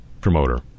promoter